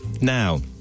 Now